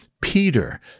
Peter